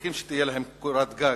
שמשתוקקים שתהיה להם קורת גג.